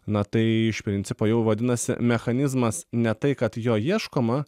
na tai iš principo jau vadinasi mechanizmas ne tai kad jo ieškoma